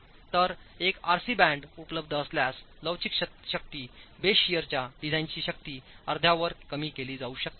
तर एक RC band उपलब्ध असल्यास लवचिक शक्ती बेस शियरच्या डिझाइनची शक्ती अर्ध्यावर कमी केली जाऊ शकते